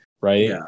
right